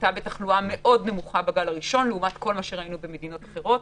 הייתה בתחלואה מאוד נמוכה בגל הראשון לעומת כל מה שראינו במדינות אחרות,